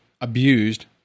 abused